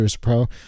Pro